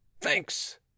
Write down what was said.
Thanks